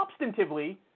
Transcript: substantively